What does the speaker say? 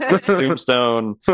tombstone